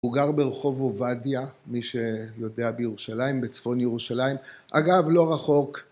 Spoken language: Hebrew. הוא גר ברחוב עובדיה מי שיודע בירושלים בצפון ירושלים אגב לא רחוק